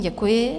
Děkuji.